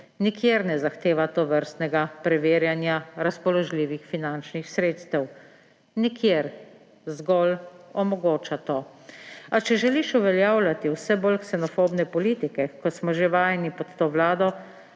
nikjer ne zahteva tovrstnega preverjanja razpoložljivih finančnih sredstev, nikjer, zgolj omogoča to. A če želiš uveljavljati vse bolj ksenofobne politike, kot smo že vajeni pod to vlado,